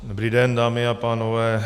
Dobrý den, dámy a pánové.